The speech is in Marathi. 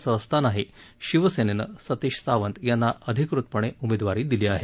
असं असताना शिवसेनेनंही सतीश सावंत यांना अधिकृतपणे उमेदवारी दिली आहे